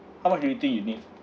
how much do you think you need